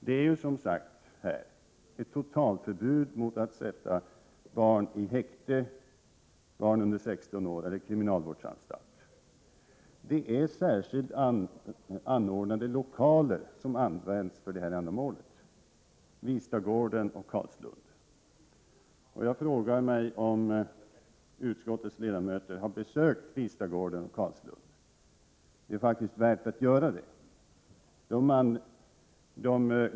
Men det råder, som här har sagts, totalförbud mot att sätta barn under 16 år i häkte eller kriminalvårdsanstalt. Det är särskilt anordnade lokaler som används för detta ändamål — Vistagården och Carlslund. Jag undrar om utskottets ledamöter har besökt Vistagården och Carlslund. Det är faktiskt värt att göra det.